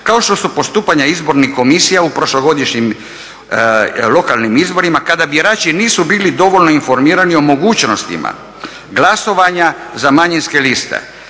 kao što su postupanja izbornih komisija u prošlogodišnjim lokalnim izborima kada birači nisu bili dovoljno informirani o mogućnostima glasovanja za manjinske liste